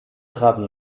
traten